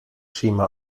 schema